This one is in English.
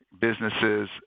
businesses